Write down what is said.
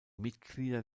mitglieder